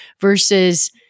versus